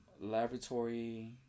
laboratory